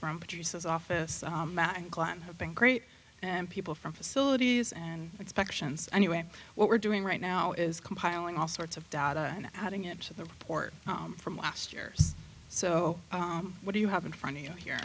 from produces office glad to have been great and people from facilities and expection anyway what we're doing right now is compiling all sorts of data and adding it to the report from last year's so what do you have in front of you know here